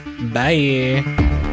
Bye